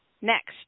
next